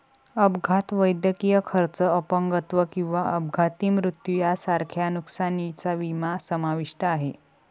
अपघात, वैद्यकीय खर्च, अपंगत्व किंवा अपघाती मृत्यू यांसारख्या नुकसानीचा विमा समाविष्ट आहे